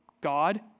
God